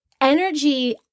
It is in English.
Energy